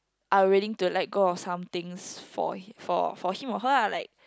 are willing to let go of some things for him for for him or her ah like